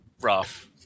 rough